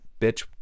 bitch-